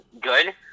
good